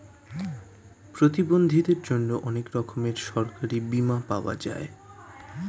প্রতিবন্ধীদের জন্যে অনেক রকমের সরকারি বীমা পাওয়া যায়